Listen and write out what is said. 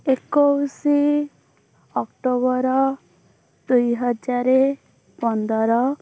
ଏକୋଇଶ ଆକ୍ଟୋବର ଦୁଇହଜାର ପନ୍ଦର